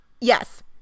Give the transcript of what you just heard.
yes